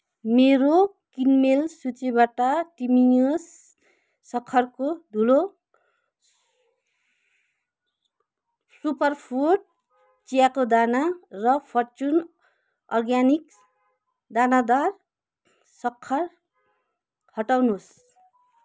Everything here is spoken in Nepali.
मेरो किनमेल सूचीबाट टिमियोस सक्खरको धुलो सुपरफुड चियाको दाना र फर्चुन अर्ग्यानिक्स दानादार सक्खर हटाउनुहोस्